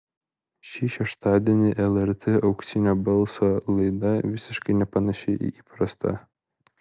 šį šeštadienį lrt auksinio balso laida visiškai nepanaši į įprastą